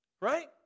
Right